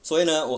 所以呢我